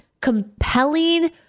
compelling